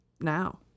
now